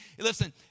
listen